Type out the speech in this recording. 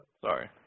Sorry